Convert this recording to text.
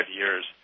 years